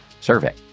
survey